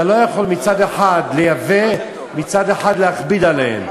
אתה לא יכול מצד אחד לייבא ומצד אחד להכביד עליהם.